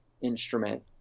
instrument